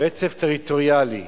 רצף טריטוריאלי.